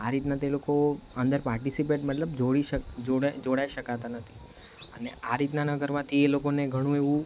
આ રીતના તે લોકો અંદર પાર્ટીસિપેટ મતલબ જોડી શક જોડાઈ શકાતા નથી આ રીતના ના કરવાથી એ લોકોને ઘણું એવું